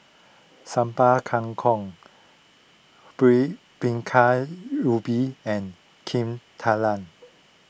Sambal Kangkong Bingka Ubi and Kuih Talam